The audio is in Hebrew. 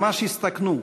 ממש הסתכנו,